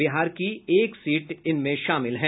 बिहार की एक सीट इसमें शामिल है